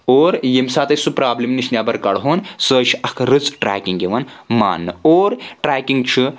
اور ییٚمہِ ساتہٕ أسۍ سُہ پرابلم نِش نٮ۪بر کڑٕہوٚن سۄے چھِ اَکھ رِژٕ ٹریکنگ یِوان ماننہٕ اور ٹریکنگ چھُ